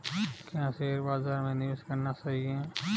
क्या शेयर बाज़ार में निवेश करना सही है?